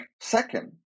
second